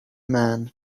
man